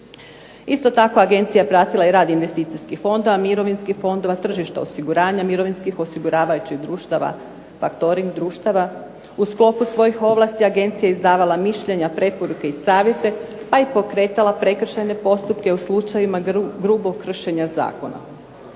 Isto tako Agencija je pratila rad investicijskih fondova, mirovinskih fondova, tržišta osiguranja, mirovinskih osiguravajućih društava, faktoring društava. U sklopu svojih ovlasti agencija je izdavala mišljenja, preporuke i savjete, a i pokretala prekršajne postupke u slučajevima grubog kršenja zakona.